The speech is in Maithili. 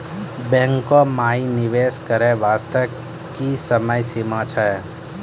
बैंको माई निवेश करे बास्ते की समय सीमा छै?